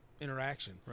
interaction